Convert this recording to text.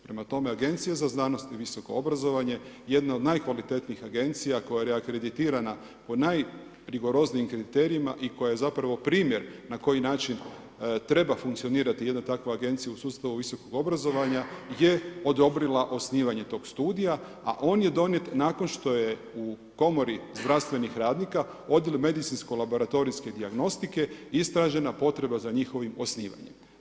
Prema tome Agencija za znanost i visoko obrazovanje je jedna od najkvalitetnijih agencija koja je akreditirana po najrigoroznijim kriterijima i koja je zapravo primjer na koji način treba funkcionirati jedna takva agencija u sustavu visokog obrazovanja je odobrila osnivanje tog studija a on je donijet nakon što je u komori zdravstvenih radnika odjel medicinsko-laboratorijske dijagnostike, istražena potreba za njihovim osnivanjem.